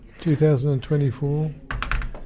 2024